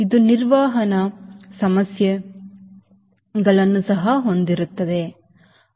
ಇದು ನಿರ್ವಹಣಾ ಸಮಸ್ಯೆಗಳನ್ನು ಸಹ ಹೊಂದಿರುತ್ತದೆ ಸರಿ